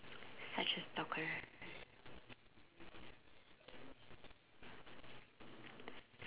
such a stalker